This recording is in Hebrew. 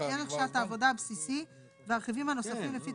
ערך שעת העבודה הבסיסי והרכיבים הנוספים לפי